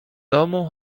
domu